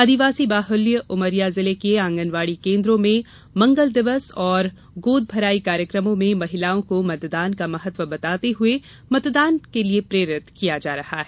आदिवासी बाहल्य उमरिया जिले के आंगनबाड़ी केंद्रों मे मंगल दिवस एव गोदभराई कार्यक्रमो में महिलाओं को मतदान का महत्व बताते हुए मतदान के प्रेरित किया जा रहा है